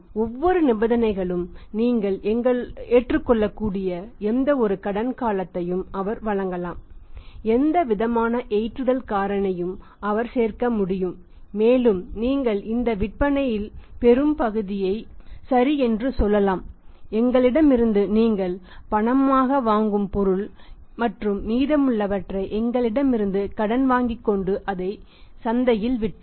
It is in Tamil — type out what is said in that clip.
எந்தவொரு நிபந்தனைகளையும் நீங்கள் ஏற்றுக்கொள்ளக்கூடிய எந்தவொரு கடன் காலத்தையும் அவர் வழங்கலாம் எந்த விதமான ஏற்றுதல் காரணியும் அவர் சேர்க்க முடியும் மேலும் நீங்கள் இந்த விற்பனையின் பெரும்பகுதியை சரி என்று சொல்லலாம் எங்களிடமிருந்து நீங்கள் பணமாக வாங்கும் பொருள் மற்றும் மீதமுள்ளவற்றை எங்களிடமிருந்து கடன் வாங்கிக் கொண்டு அதை சந்தையில் விற்கவும்